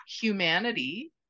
humanity